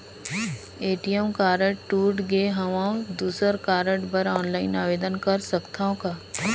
ATM card टूट गे हववं दुसर कारड बर ऑनलाइन आवेदन कर सकथव का?